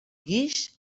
guix